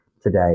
today